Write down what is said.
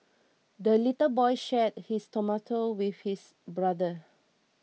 the little boy shared his tomato with his brother